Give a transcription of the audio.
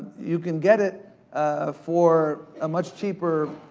you can get it for a much cheaper